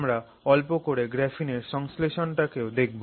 আমরা অল্প করে গ্রাফিন এর সংশ্লেষণটাকেও দেখব